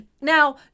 Now